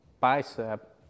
bicep